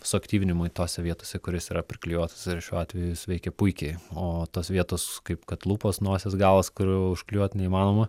suaktyvinimui tose vietose kur jis yra priklijuotas ir šiuo atveju jis veikė puikiai o tos vietos kaip kad lūpos nosies galas kur užklijuot neįmanoma